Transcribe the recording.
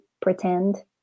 pretend